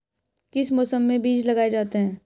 किस मौसम में बीज लगाए जाते हैं?